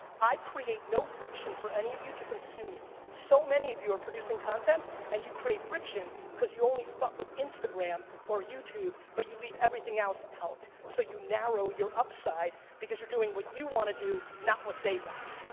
i create no friction for any of you to consume me. so many of you are producing content, and you create friction, cause you only fuck with instagram or youtube, but you leave everything else out. so you narrow your upside, because you're doing what you wanna do, not what they want.